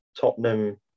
Tottenham